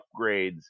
upgrades